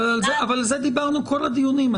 אבל על זה דיברנו כל הדיונים.